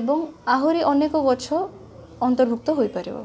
ଏବଂ ଆହୁରି ଅନେକ ଗଛ ଅନ୍ତର୍ଭୁକ୍ତ ହୋଇପାରିବ